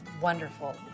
wonderful